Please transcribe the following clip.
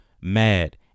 mad